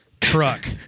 truck